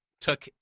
took